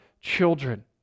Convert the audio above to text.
children